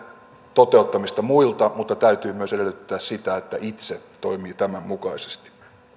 toteuttamista muilta mutta täytyy myös edellyttää sitä että itse toimii tämän mukaisesti